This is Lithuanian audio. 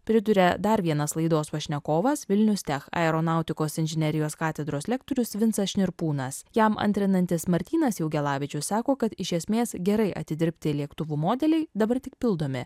priduria dar vienas laidos pašnekovas vilnius tech aeronautikos inžinerijos katedros lektorius vincas šnirpūnas jam antrinantis martynas jaugelavičius sako kad iš esmės gerai atidirbti lėktuvų modeliai dabar tik pildomi